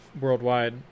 worldwide